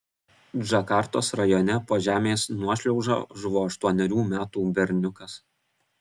džakartos rajone po žemės nuošliauža žuvo aštuonerių metų berniukas